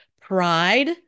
pride